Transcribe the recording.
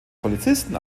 polizisten